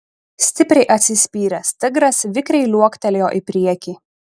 stipriai atsispyręs tigras vikriai liuoktelėjo į priekį